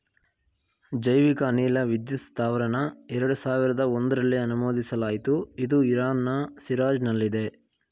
ಜೈವಿಕ ಅನಿಲ ವಿದ್ಯುತ್ ಸ್ತಾವರನ ಎರಡು ಸಾವಿರ್ದ ಒಂಧ್ರಲ್ಲಿ ಅನುಮೋದಿಸಲಾಯ್ತು ಇದು ಇರಾನ್ನ ಶಿರಾಜ್ನಲ್ಲಿದೆ